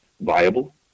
viable